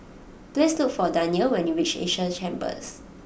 please look for Danyel when you reach Asia Chambers